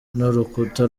n’urukuta